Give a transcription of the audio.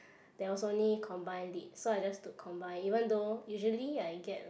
there was only combined lit so I just took combined even though usually I get like